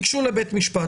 ייגשו לבית משפט.